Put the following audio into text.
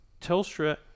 Telstra